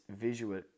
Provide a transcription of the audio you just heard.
visual